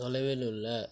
தொலைவில் உள்ள